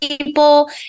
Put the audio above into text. people